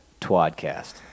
twadcast